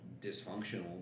dysfunctional